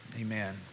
Amen